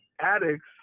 addicts